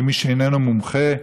כמי שאיננו מומחה,